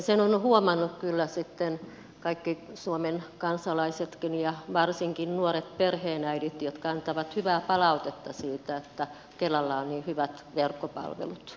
sen ovat huomanneet kyllä sitten kaikki suomen kansalaisetkin ja varsinkin nuoret perheenäidit jotka antavat hyvää palautetta siitä että kelalla on niin hyvät verkkopalvelut